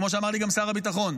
כמו שאמר לי גם שר הביטחון,